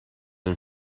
een